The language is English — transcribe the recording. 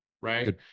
right